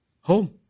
home